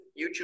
YouTube